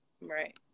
right